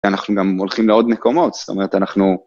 ואנחנו גם הולכים לעוד מקומות, זאת אומרת אנחנו...